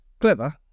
Clever